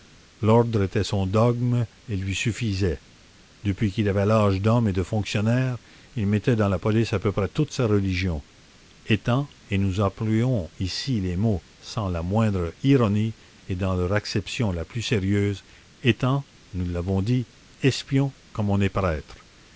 l'ordre était son dogme et lui suffisait depuis qu'il avait l'âge d'homme et de fonctionnaire il mettait dans la police à peu près toute sa religion étant et nous employons ici les mots sans la moindre ironie et dans leur acception la plus sérieuse étant nous l'avons dit espion comme on est prêtre